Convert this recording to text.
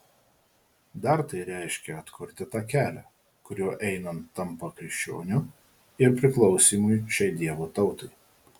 dar tai reiškia atkurti tą kelią kuriuo einant tampa krikščioniu ir priklausymui šiai dievo tautai